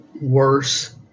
Worse